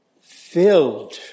filled